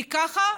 כי ככה,